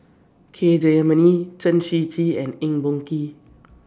K Jayamani Chen Shiji and Eng Boh Kee